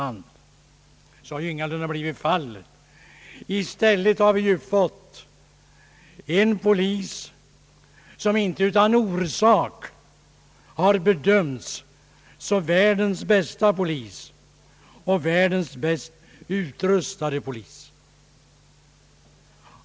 Så har ju ingalunda blivit fallet. I stället har vi fått en polis som inte utan grund har bedömts som världens bästa polis och som världens bäst utrustade polis.